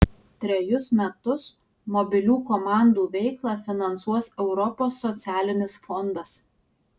trejus metus mobilių komandų veiklą finansuos europos socialinis fondas